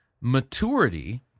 maturity